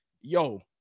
yo